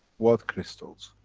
what crystals?